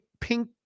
pink